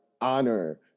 honor